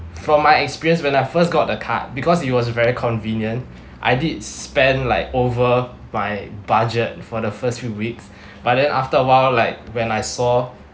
from my experience when I first got the card because it was very convenient I did spend like over by budget for the first few weeks but then after a while like when I saw